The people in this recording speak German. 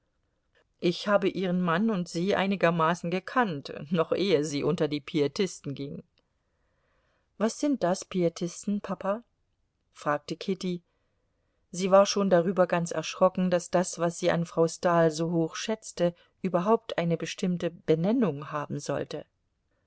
ich habe ihren mann und sie einigermaßen gekannt noch ehe sie unter die pietisten ging was sind das pietisten papa fragte kitty sie war schon darüber ganz erschrocken daß das was sie an frau stahl so hoch schätzte überhaupt eine bestimmte benennung haben sollte